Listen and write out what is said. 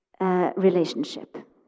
relationship